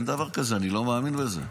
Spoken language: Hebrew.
אין דבר כזה, אני לא מאמין בזה.